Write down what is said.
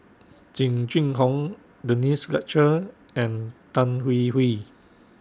Jing Jun Hong Denise Fletcher and Tan Hwee Hwee